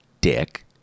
dick